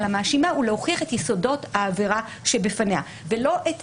המאשימה הוא להוכיח את יסודות העבירה שבפניה ולא את